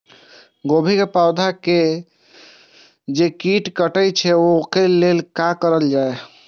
गोभी के पौधा के जे कीट कटे छे वे के लेल की करल जाय?